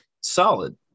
solid